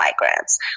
migrants